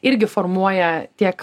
irgi formuoja tiek